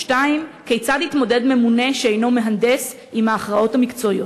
2. כיצד יתמודד ממונה שאינו מהנדס עם ההכרעות המקצועיות?